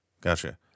Gotcha